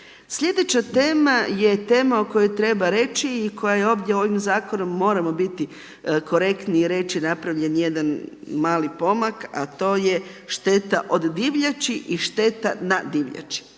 Sljedeća tema je tema o kojoj treba reći i koja je ovdje ovim zakonom moramo biti korektni i reći, napravljen jedan mali pomak, a to je šteta od divljači i šteta na divljači.